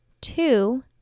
two